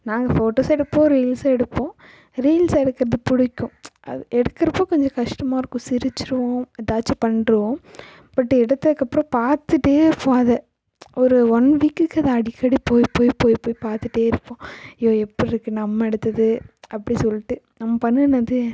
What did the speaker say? நாங்கள் ஃபோட்டோஸும் எடுப்போம் ரீல்ஸும் எடுப்போம் ரீல்ஸ் எடுக்கிறது பிடிக்கும் அது எடுக்கிறப்போ கொஞ்சம் கஷ்டமாக இருக்கும் சிரிச்சிடுவோம் ஏதாச்சும் பண்ணுவோம் பட் எடுத்ததுக்கப்பறம் பார்த்துட்டே இருப்போம் அதை ஒரு ஒன் வீக்குக்கு அதை அடிக்கடி போய் போய் போய் போய் பார்த்துட்டே இருப்போம் ஐயோ எப்படி இருக்குது நம்ம எடுத்தது அப்படி சொல்லிட்டு நம்ம பண்ணிணது